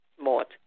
smart